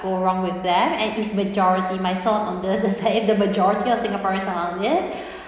go wrong with them and if majority my thought on this is if the majority of singaporeans around here